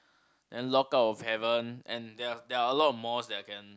and Locked-Out-of-Heaven and there are there are a lot mores I can